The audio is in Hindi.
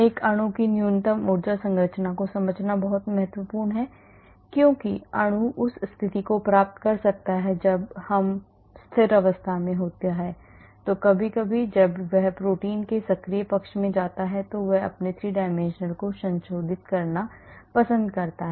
एक अणु की न्यूनतम ऊर्जा संरचना को समझना बहुत महत्वपूर्ण है क्योंकि अणु उस स्थिति को प्राप्त कर सकता है जब वह स्थिर अवस्था में होता है और कभी कभी जब वह प्रोटीन के सक्रिय पक्ष में जाता है तो वह अपने 3 dimensional को संशोधित करना पसंद कर सकता है